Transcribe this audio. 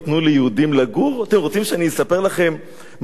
אתם רוצים שאני אספר לכם מה קרה בפקיעין?